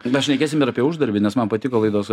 mes šnekėsim ir apie uždarbį nes man patiko laidos